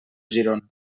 girona